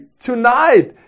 tonight